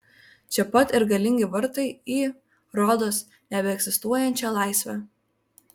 čia pat ir galingi vartai į rodos nebeegzistuojančią laisvę